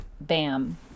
bam